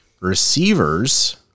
receivers